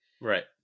right